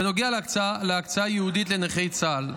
בנוגע להקצאה ייעודית לנכי צה"ל,